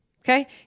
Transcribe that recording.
okay